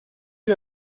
you